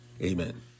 Amen